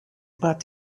but